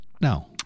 No